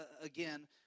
again